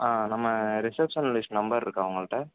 ஆ நம்ம receptionist number இருக்கா உங்கள்கிட்ட